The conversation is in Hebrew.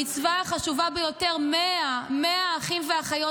המצווה החשובה ביותר, 100, 100 אחים ואחיות